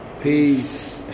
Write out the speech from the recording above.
Peace